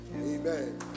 Amen